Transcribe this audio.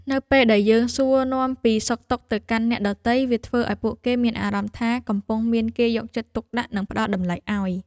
នៅពេលដែលយើងសួរនាំពីសុខទុក្ខទៅកាន់អ្នកដទៃវាធ្វើឱ្យពួកគេមានអារម្មណ៍ថាកំពុងមានគេយកចិត្តទុកដាក់និងផ្តល់តម្លៃឱ្យ។